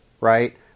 right